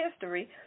history